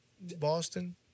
Boston